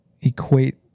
equate